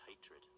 hatred